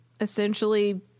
essentially